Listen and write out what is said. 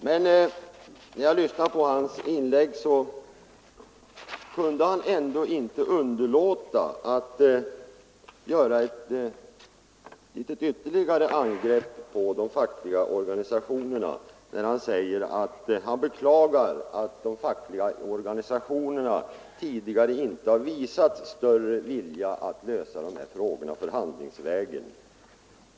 Men herr Olsson kunde ändå inte underlåta att göra ytterligare ett litet angrepp på de fackliga organisationerna, när han beklagade att de organisationerna tidigare inte har visat någon större vilja att lösa dessa frågor förhandlingsvägen.